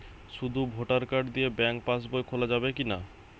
শুধু voter card দিয়ে bank pass বই খোলা যাবে কিনা?